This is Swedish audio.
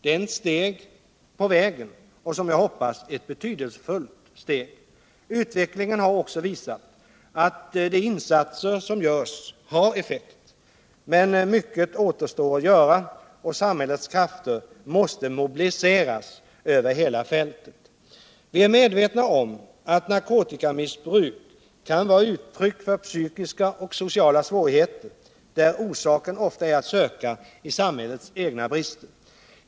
Den är ett steg på vägen, och som jag hoppas ett betydelsefullt steg. Utvecklingen har också visat att de insatser som görs har effekt. Men mycket återstår att göra, och samhällets krafter måste mobiliseras över hela fältet. Vi är medvetna om att narkotikamissbruk kan vara uttryck för psykiska och sociala svårigheter, där orsaken ofta är att söka i samhällets egna brister.